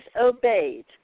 obeyed